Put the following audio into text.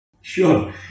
Sure